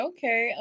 Okay